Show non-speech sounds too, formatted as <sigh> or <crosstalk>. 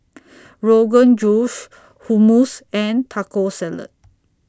<noise> Rogan Josh Hummus and Taco Salad